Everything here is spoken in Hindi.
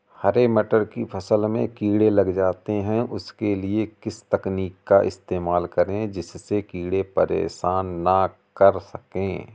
हरे मटर की फसल में कीड़े लग जाते हैं उसके लिए किस तकनीक का इस्तेमाल करें जिससे कीड़े परेशान ना कर सके?